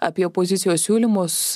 apie opozicijos siūlymus